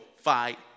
fight